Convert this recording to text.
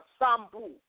Sambu